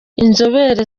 inzobere